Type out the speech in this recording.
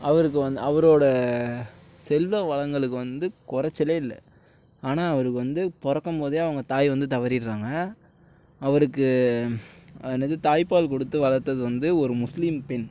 அவருக்கு வந்து அவரோட செல்வ வளங்களுக்கு வந்து குறைச்சலே இல்லை ஆனால் அவருக்கு வந்து பிறக்கும்போதே அவங்க தாய் வந்து தவறிடுறாங்க அவருக்கு என்னது தாய்ப்பால் கொடுத்து வளர்த்தது வந்து ஒரு முஸ்லீம் பெண்